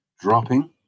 dropping